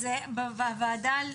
אז בוועדה,